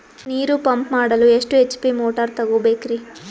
ನೀರು ಪಂಪ್ ಮಾಡಲು ಎಷ್ಟು ಎಚ್.ಪಿ ಮೋಟಾರ್ ತಗೊಬೇಕ್ರಿ?